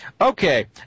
okay